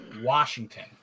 Washington